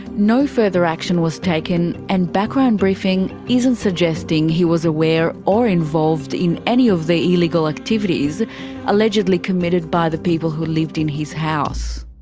no further action was taken, and background briefing isn't suggesting he was aware or involved in any of the illegal activities allegedly committed by the people who lived in his house.